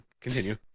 continue